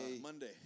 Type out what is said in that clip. Monday